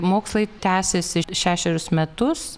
mokslai tęsėsi šešerius metus